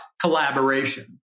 collaboration